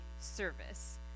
service